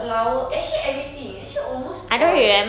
flower actually everything actually almost all